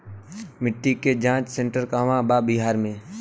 मिटी के जाच सेन्टर कहवा बा बिहार में?